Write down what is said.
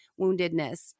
woundedness